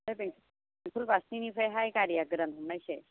ओमफ्राय बेंटल बास्टेन्दनिफ्रायहाय गारिया गोदान हमनोसै